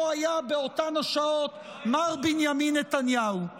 היה מר בנימין נתניהו באותן השעות.